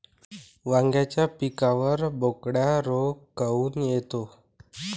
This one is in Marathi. वांग्याच्या पिकावर बोकड्या रोग काऊन येतो?